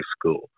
school